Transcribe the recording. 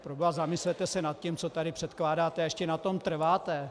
Proboha, zamyslete se nad tím, co tady předkládáte a ještě na tom trváte.